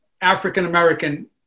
African-American